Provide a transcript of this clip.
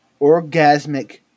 orgasmic